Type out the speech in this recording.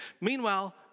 Meanwhile